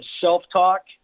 self-talk